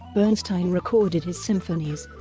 bernstein recorded his symphonies